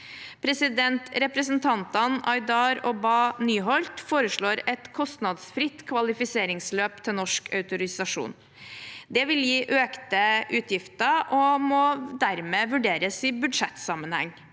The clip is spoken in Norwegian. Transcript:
Representantene Aydar og Bae Nyholt foreslår et kostnadsfritt kvalifiseringsløp til norsk autorisasjon. Det vil gi økte utgifter og må dermed vurderes i budsjettsammenheng.